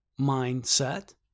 mindset